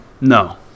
No